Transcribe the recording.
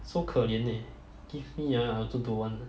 so 可怜 eh give me ah I also don't want ah